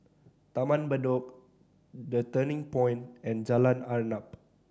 Taman Bedok The Turning Point and Jalan Arnap